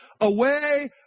away